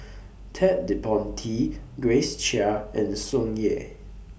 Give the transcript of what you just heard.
Ted De Ponti Grace Chia and Tsung Yeh